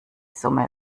summe